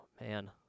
man